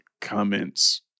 comments